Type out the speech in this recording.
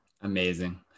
Amazing